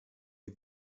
wir